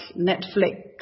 Netflix